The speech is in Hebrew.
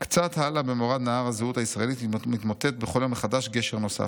"קצת הלאה במורד נהר הזהות הישראלי מתמוטט בכל יום מחדש גשר נוסף.